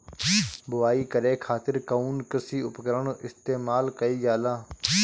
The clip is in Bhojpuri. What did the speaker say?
बुआई करे खातिर कउन कृषी उपकरण इस्तेमाल कईल जाला?